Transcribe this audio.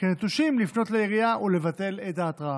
כנטושים לפנות לעירייה או לבטל את ההתראה.